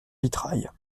vitrail